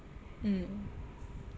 mm